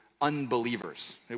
unbelievers